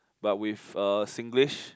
but with uh Singlish